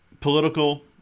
political